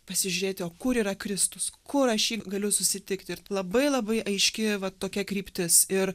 pasižiūrėti o kur yra kristus kur aš jį galiu susitikti ir labai labai aiški va tokia kryptis ir